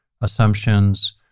assumptions